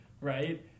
right